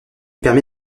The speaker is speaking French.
permet